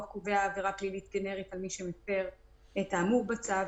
קובע עבירה פלילית גנרית על מי שמפר את האמור בצו.